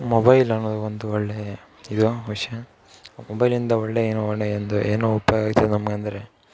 mobile ಅನ್ನೋದು ಒಂದು ಒಳ್ಳೆಯ ಇದು ವಿಷಯ ಮೊಬೈಲಿಂದ ಒಳ್ಳೆಯ ಏನು ಒಳ್ಳೆಯ ಒಂದು ಏನು ಉಪಯೋಗ ಐತೆ ನಮ್ಗೆ ಅಂದರೆ